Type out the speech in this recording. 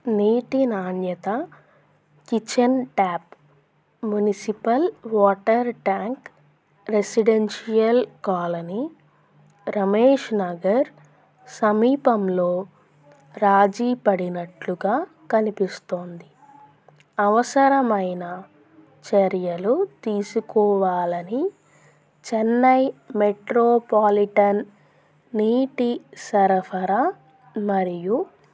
నీటి నాణ్యత kitchen tap municipal water tank residential colony Ramesh Nagar సమీపంలో రాజీపడినట్లుగా కనిపిస్తోంది అవసరమైన చర్యలు తీసుకోవాలని చెన్నై మెట్రోపాలిటన్ నీటి సరఫరా మరియు